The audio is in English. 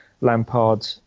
Lampard